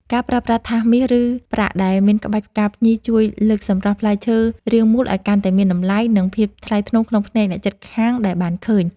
ការប្រើប្រាស់ថាសមាសឬប្រាក់ដែលមានក្បាច់ផ្កាភ្ញីជួយលើកសម្រស់ផ្លែឈើរាងមូលឱ្យកាន់តែមានតម្លៃ និង ភាពថ្លៃថ្នូរក្នុងភ្នែកអ្នកជិតខាងដែលបានឃើញ។